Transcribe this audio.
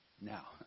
Now